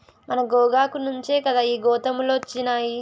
మన గోగాకు నుంచే కదా ఈ గోతాములొచ్చినాయి